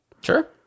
Sure